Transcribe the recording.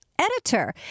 Editor